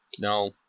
No